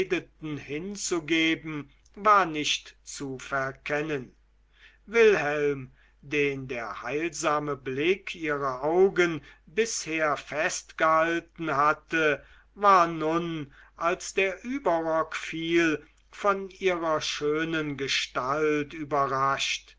hinzugeben war nicht zu verkennen wilhelm den der heilsame blick ihrer augen bisher festgehalten hatte war nun als der überrock fiel von ihrer schönen gestalt überrascht